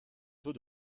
taux